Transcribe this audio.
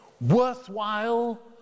worthwhile